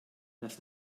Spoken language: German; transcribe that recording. das